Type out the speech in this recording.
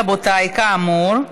רבותיי, כאמור,